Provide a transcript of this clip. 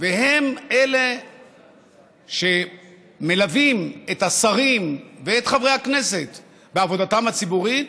והם אלה שמלווים את השרים ואת חברי הכנסת בעבודתם הציבורית,